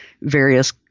various